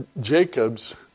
Jacob's